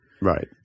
Right